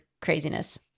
craziness